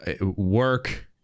work